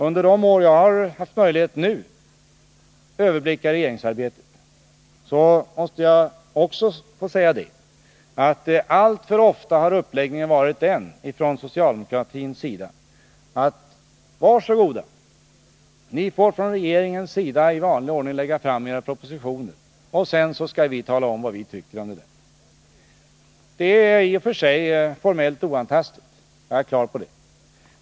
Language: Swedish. Under de år som jag nu haft möjlighet att överblicka regeringsarbetet har — jag måste få säga det — alltför ofta uppläggningen från socialdemokraternas sida varit sådan att man sagt: Var så goda, ni får från regeringens sida i vanlig ordning lägga fram era propositioner, och sedan skall vi tala om vad vi tycker om dem. Det är i och för sig formellt oantastligt — jag är klar över det.